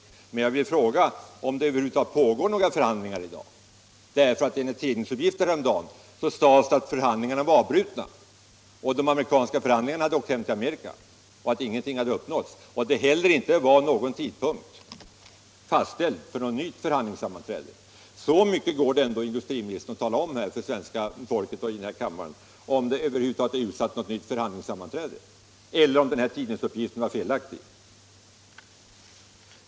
Men jag vill veta om det över huvud taget pågår några förhandlingar i dag. Enligt tidningsuppgifter häromdagen var förhandlingarna avbrutna och de amerikanska förhandlarna hade åkt hem till Amerika utan att någonting hade uppnåtts och utan att någon tidpunkt fastställts för ett nytt förhandlingssammanträde. Om det över huvud taget är utsatt något nytt förhandlingssammanträde och om tidningsuppgifterna är felaktiga — så mycket går det ändå att tala om för svenska folket och kammaren, herr industriminister!